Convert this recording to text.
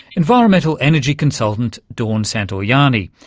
environmental energy consultant dawn santoianni.